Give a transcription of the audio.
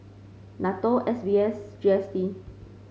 NATO S B S and G S T